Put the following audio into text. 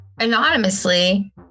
anonymously